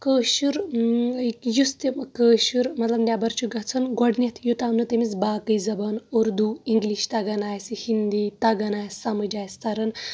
کأشُر یُس تہِ کأشُر مطلب نیٚبر چھُ گژھان گۄڈنٮ۪تھ یوٚتام نہٕ تٔمِس باقےٕ زبانہٕ اُردوٗ اِنگلِش تگان آسہِ ہِنٛدی تگان آسہِ سمج آسہِ تران